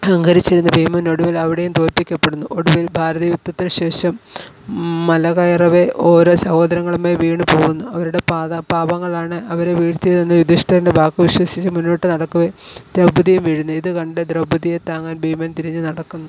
അഹങ്കരിച്ചിരുന്ന ഭീമൻ ഒടുവിൽ അവിടെയും തോൽപ്പിക്കപ്പെടുന്നു ഒടുവിൽ ഭാരതയുദ്ധത്തിന് ശേഷം മല കയറവേ ഓരോ സഹോദരങ്ങളുമായി വീണു പോകുന്നു അവരുടെ പാത പാപങ്ങളാണ് അവരെ വീഴ്ത്തിയതെന്ന് യുധിഷ്ഠിരൻ്റെ വാക്ക് വിശ്വസിച്ച് മുന്നോട്ട് നടക്കവേ ദ്രൗപതിയും വീഴുന്നു ഇതുകണ്ട് ദ്രൗപതിയെ താങ്ങാൻ ഭീമൻ തിരിഞ്ഞു നടക്കുന്നു